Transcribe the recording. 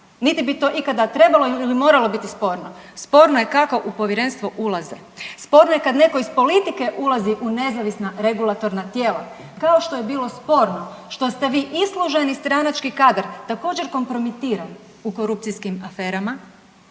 niti bi to ikada trebalo ili moralo biti sporno. Sporno je kako u povjerenstvo ulaze, sporno je kada netko iz politike ulazi u nezavisna regulatorna tijela, kao što je bilo sporno što ste vi isluženi stranački kadar također kompromitiran u korupcijskim aferama,